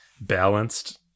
balanced